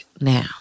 now